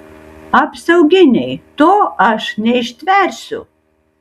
apsauginiai to aš neištversiu